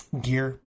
gear